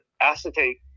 acetate